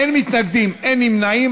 אין מתנגדים, אין נמנעים.